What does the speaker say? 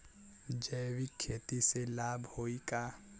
जैविक खेती से लाभ होई का?